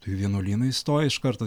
tu į vienuolyną įstojai iš karto